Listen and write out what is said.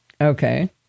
Okay